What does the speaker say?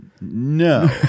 No